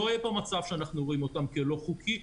לא יהיה פה מצב שאנחנו רואים אותן כלא חוקיות,